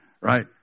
Right